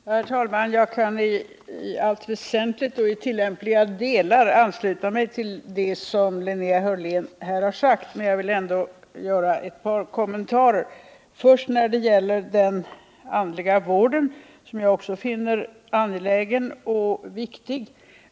Herr talman! Jag kan i allt väsentligt och i tillämpliga delar ansluta mig till det som Linnea Hörlén här har sagt, men jag vill ändå få göra ett par kommentarer. Jag börjar med att säga några ord om den andliga vården, som också jag finner angelägen och viktig.